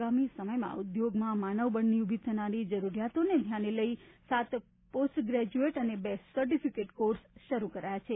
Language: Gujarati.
આગામી સમયમાં ઉદ્યોગોમાં માનવ બળની ઊભી થનાર જરૂરીયાતોને ધ્યાને લઈ સાત પોસ્ટ ગ્રેજ્યુએટ અને બે સર્ટિફિકેટ કોર્સ શરૂ કરાયા છે